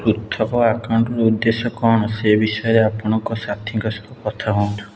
ପୃଥକ ଆକାଉଣ୍ଟର ଉଦ୍ଦେଶ୍ୟ କ'ଣ ସେ ବିଷୟରେ ଆପଣଙ୍କ ସାଥୀଙ୍କ ସହ କଥା ହୁଅନ୍ତୁ